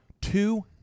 two